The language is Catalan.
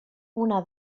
una